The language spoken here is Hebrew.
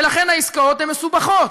ולכן העסקאות הן מסובכות.